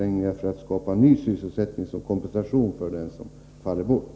Detta skall ske innan sysselsättningsminskningen är ett faktum.